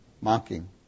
mocking